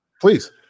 Please